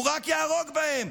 הוא רק יהרוג בהם.